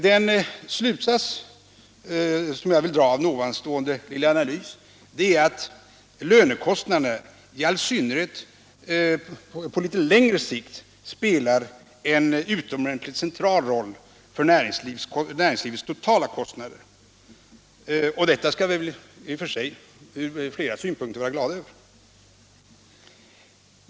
Den slutsats som jag vill dra av ovanstående lilla analys är att lönekostnaderna, i all synnerhet på litet längre sikt, spelar en utomordentligt central roll för näringslivets totala kostnader, och detta kan vi väl från flera synpunkter vara glada över.